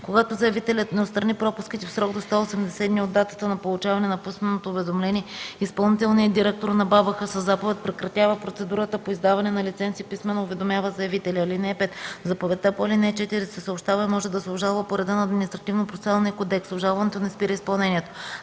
Когато заявителят не отстрани пропуските в срок до 180 дни от датата на получаване на писменото уведомление, изпълнителният директор на БАБХ със заповед прекратява процедурата по издаване на лиценз и писмено уведомява заявителя. (5) Заповедта по ал. 4 се съобщава и може да се обжалва по реда на Административнопроцесуалния кодекс. Обжалването не спира изпълнението.